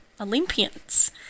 Olympians